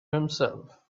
himself